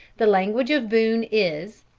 the language of boone is